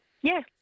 Yes